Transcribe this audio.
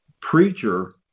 preacher